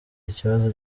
ikibazo